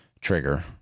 trigger